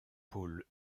pôle